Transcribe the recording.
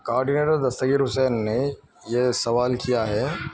coordinator Dastagir Hussain نے یہ سوال کیا ہے